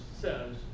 says